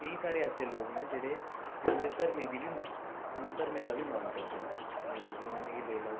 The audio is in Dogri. केईं सारे ऐसे लोग न जेह्ड़े दुएं धर्में दा बी मान करदे न जि'यां मुस्लमानें गी लेई लैओ